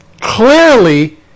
clearly